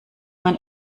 man